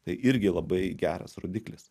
tai irgi labai geras rodiklis